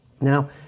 Now